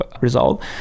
result